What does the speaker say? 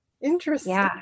Interesting